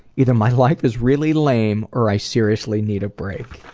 either my life is really lame, or i seriously need a break.